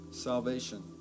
salvation